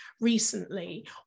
recently